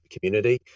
community